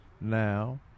now